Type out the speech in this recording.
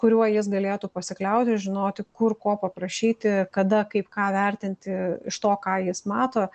kuriuo jis galėtų pasikliauti žinoti kur ko paprašyti kada kaip ką vertinti iš to ką jis mato